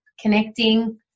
connecting